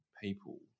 people